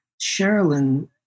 Sherilyn